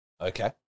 Okay